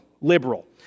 liberal